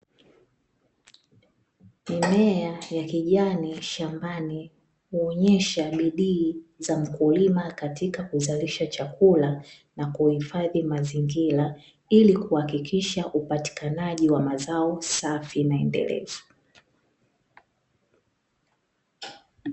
Mimea ya kijani shambani huonyesha bidii za mkulima katika kuzalisha chakula, na kuhifadhi mazingira ili kuhakikisha upatikanaji wa mazao safi na endelevu.